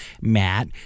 Matt